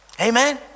Amen